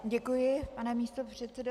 Děkuji, pane místopředsedo.